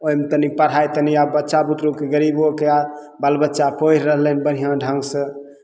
ओहिमे तनि पढ़ाइ तनि आब बच्चा बुतरूके गरीबोके बच्चा पढ़ि रहलै बढ़िआँ ढङ्गसँ